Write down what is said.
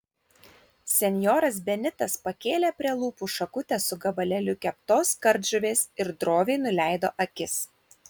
senjoras benitas pakėlė prie lūpų šakutę su gabalėliu keptos kardžuvės ir droviai nuleido akis